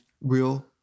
real